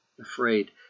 Afraid